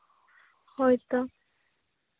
ᱦᱳᱭ ᱛᱚ